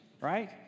right